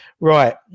Right